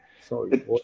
sorry